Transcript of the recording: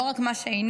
לא רק מה שאיננו,